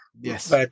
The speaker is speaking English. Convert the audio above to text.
Yes